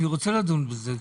אני רוצה לדון בזה,